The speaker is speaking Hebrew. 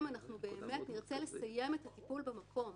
אנחנו באמת נרצה לסיים את הטיפול במקום,